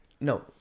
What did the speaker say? no